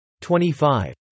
25